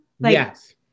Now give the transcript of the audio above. Yes